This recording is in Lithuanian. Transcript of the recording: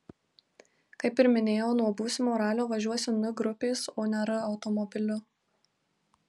kaip ir minėjau nuo būsimo ralio važiuosiu n grupės o ne r automobiliu